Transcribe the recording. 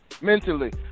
mentally